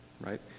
right